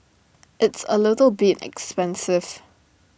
it's A little bit expensive